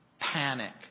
panic